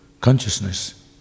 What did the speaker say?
consciousness